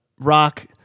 rock